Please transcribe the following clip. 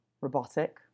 robotic